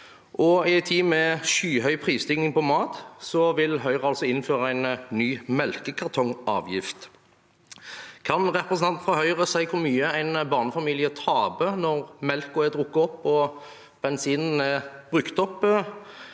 en tid med skyhøy prisstigning på mat vil Høyre altså innføre en ny melkekartongavgift. Kan representanten fra Høyre si hvor mye en barnefamilie taper når melken er drukket og bensinen brukt opp?